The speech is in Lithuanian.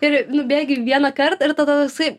ir nubėgi vieną kart ir tada toksai